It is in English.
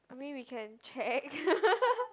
I mean we can check